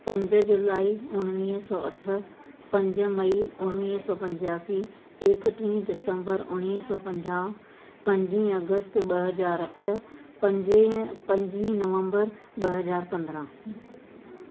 पंज जुलाई उणिवीह सौ अठ पंज मई उणिवीह सौ पंजासी एकटीह दिसंबर उणिवीह सौ पंजाह पंजी अगस्त ॿ हज़ार अठ पंजीह पंजी नवंबर ॿ हज़ार पंदरहां